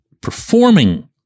performing